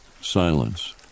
Silence